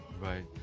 right